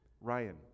Ryan